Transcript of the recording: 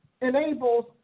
enables